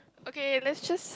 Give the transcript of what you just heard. okay let's just